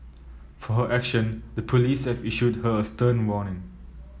for her action the police have issued her a stern warning